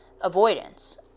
avoidance